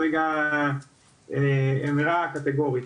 --- הקטגורית.